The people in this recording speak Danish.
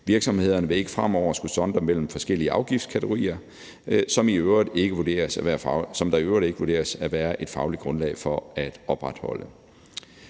Virksomhederne vil ikke fremover skulle sondre mellem forskellige afgiftskategorier, som der i øvrigt ikke vurderes at være et fagligt grundlag for at opretholde.